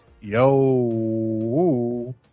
Yo